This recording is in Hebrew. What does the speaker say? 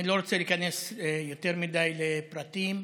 אני לא רוצה להיכנס יותר מדי לפרטים,